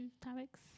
topics